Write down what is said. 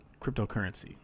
cryptocurrency